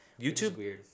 YouTube